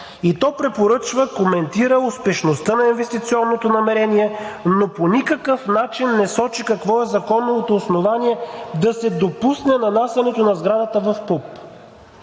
и то препоръчва, коментира успешността на инвестиционното намерение, но по никакъв начин не сочи какво е законовото основание да се допусне нанасянето на сградата в ПУП.